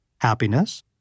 Happiness